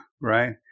right